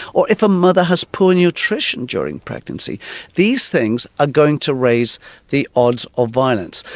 or if a mother has poor nutrition during pregnancy these things are going to raise the odds of violence.